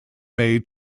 made